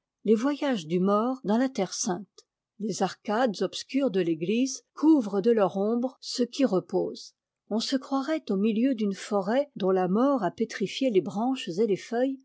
les voyages du mort dans la terre sainte les arcades obs cures de l'église couvrent de leur ombre ceux qui reposent on se croirait au milieu d'une forêt dont la mort a pétrifié les branches et les feuilles